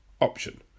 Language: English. option